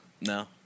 no